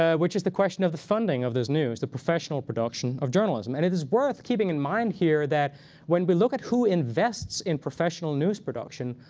ah which is the question of the funding of this news, the professional production of journalism. and it is worth keeping in mind here that when we look at who invests in professional news production,